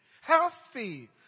healthy